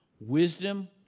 Wisdom